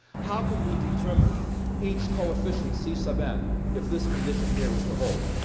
how can we determine each coefficient c sub n if this condition here is the whole?